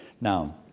Now